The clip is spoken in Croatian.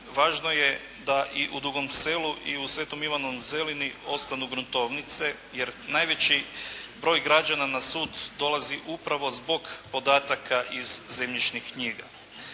važno je da i u Dugom Selu i u Svetom Ivanu Zelini ostanu gruntovnice, jer najveći broj građana na sud dolazi upravo zbog podataka iz zemljišnih knjiga.